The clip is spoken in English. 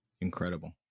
Incredible